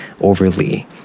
overly